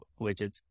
widgets